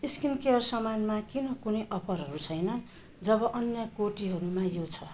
skin care सामानमा किन कुनै अफरहरू छैन जब अन्य कोटीहरूमा यो छ